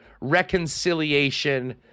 reconciliation